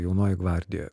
jaunoji gvardija